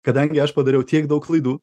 kadangi aš padariau tiek daug klaidų